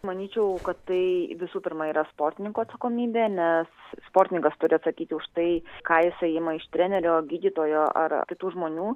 manyčiau kad tai visų pirma yra sportininko atsakomybė nes sportininkas turi atsakyti už tai ką jisai ima iš trenerio gydytojo ar kitų žmonių